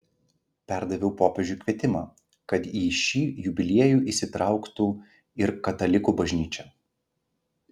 perdaviau popiežiui kvietimą kad į šį jubiliejų įsitrauktų ir katalikų bažnyčia